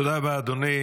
תודה רבה, אדוני.